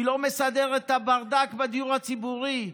היא לא מסדרת את הברדק בדיור הציבורי,